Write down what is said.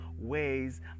Ways